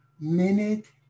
minute